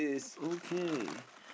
okay